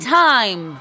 time